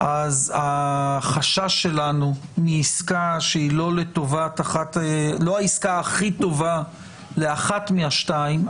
אז החשש שלנו מעסקה שהיא לא העסקה הכי טובה לאחת מהשתיים.